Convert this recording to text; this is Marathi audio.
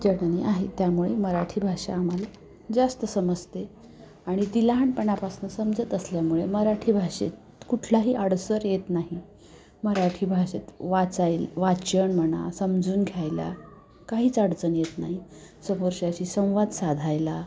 आहे त्यामुळे मराठी भाषा आम्हाला जास्त समसते आहे आणि ती लहानपणापासून समजत असल्यामुळे मराठी भाषेत कुठलाही अडसर येत नाही मराठी भाषेत वाचायल् वाचन म्हणा समजून घ्यायला काहीच अडचण येत नाही समोरश्याशी संवाद साधायला